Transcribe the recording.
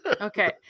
Okay